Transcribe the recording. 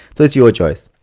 so it's your choice.